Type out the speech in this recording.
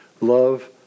Love